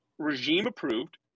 regime-approved